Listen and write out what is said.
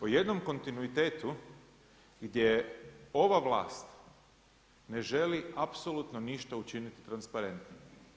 O jednom kontinuitetu gdje ova vlast ne želi apsolutno ništa učiniti transparentnim.